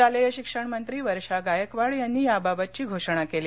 शालेय शिक्षणमंत्री वर्षा गायकवाड यांनी याबाबतची घोषणा केली